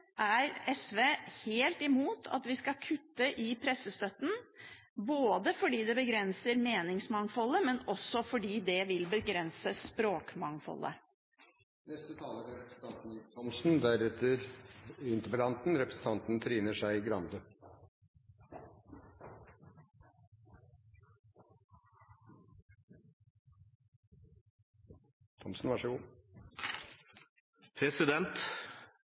er SV helt imot at vi skal kutte i pressestøtten, både fordi det begrenser meningsmangfoldet, og fordi det vil begrense språkmangfoldet. Språkpolitikk er